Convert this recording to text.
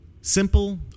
Simple